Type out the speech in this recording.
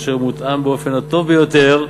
אשר מותאם באופן הטוב ביותר,